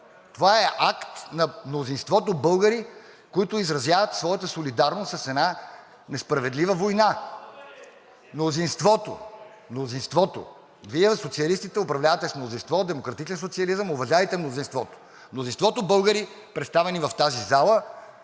Това е акт на мнозинството българи, които изразяват своята солидарност с една несправедлива война. (Реплики.) Мнозинството, мнозинството. Вие социалистите управлявате с мнозинство, демократичен социализъм. Уважавайте мнозинството! Мнозинството българи, представени в тази зала,